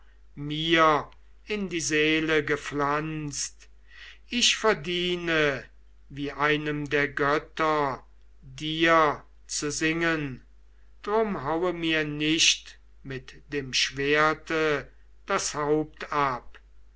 mir in die seele gepflanzt ich verdiene wie einem der götter dir zu singen drum haue mir nicht mit dem schwerte das haupt